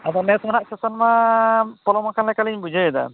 ᱟᱫᱚ ᱱᱮᱥ ᱢᱟᱦᱟᱜ ᱥᱮᱥᱚᱱ ᱢᱟ ᱯᱚᱞᱚᱢ ᱟᱠᱟᱱ ᱞᱮᱠᱟᱞᱤᱧ ᱵᱩᱡᱷᱟᱹᱣᱫᱟ